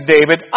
David